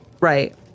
Right